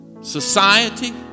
society